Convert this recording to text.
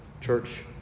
Church